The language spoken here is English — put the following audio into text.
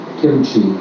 kimchi